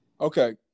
Okay